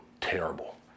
terrible